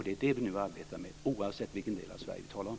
Det är det vi nu arbetar med oavsett vilken del av Sverige vi talar om.